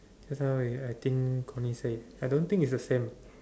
just now wait I think Corny say I don't think is the same